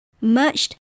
merged